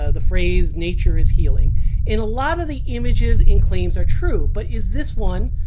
ah the phrase nature is healing and a lot of the images and claims are true. but is this one,